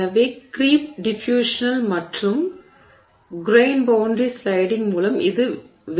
எனவே creep diffusional மற்றும் grain எல்லை ஸ்லைடிங் மூலம் இது விளக்கப்பட்டது